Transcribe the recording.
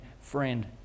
friend